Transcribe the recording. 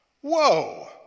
Whoa